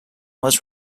was